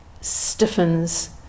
stiffens